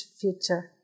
future